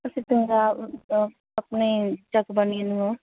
ਤੁਸੀਂ ਪੰਜਾਬ ਅ ਆਪਣੇ ਜਗਬਾਣੀ ਨੂੰ